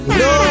no